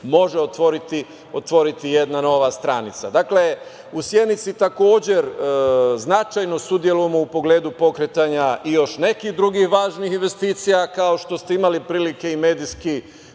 može otvoriti jedna nova stranica.U Sjenici takođe značajno učestvujemo u pogledu pokretanja još nekih drugih važnih investicija. Kao što ste imali prilike i medijski